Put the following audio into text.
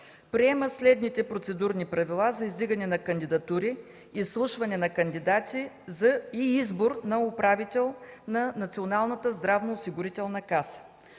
приемане на Процедурни правила за издигане на кандидатури, изслушване на кандидати и избор на управител на Националната здравноосигурителна каса